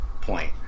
point